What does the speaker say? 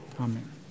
Amen